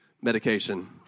medication